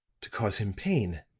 to cause him pain.